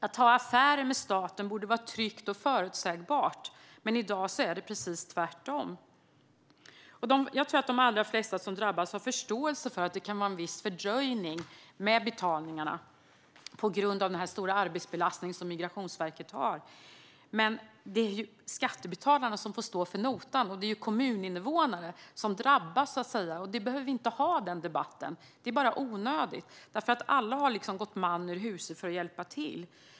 Att ha affärer med staten borde vara tryggt och förutsägbart, men i dag är det precis tvärtom. Jag tror att de allra flesta som drabbas har förståelse för att det kan vara viss fördröjning med betalningarna på grund av den stora arbetsbelastning som Migrationsverket har. Men det är skattebetalarna som får stå för notan, och det är kommuninvånare som drabbas. Den debatten behöver vi inte ha. Det är bara onödigt, för alla har gått man ur huse för att hjälpa till.